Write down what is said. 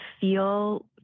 feel